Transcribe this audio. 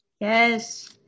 Yes